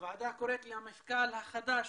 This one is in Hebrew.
הוועדה קוראת למפכ"ל החדש,